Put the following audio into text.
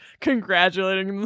congratulating